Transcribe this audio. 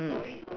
mm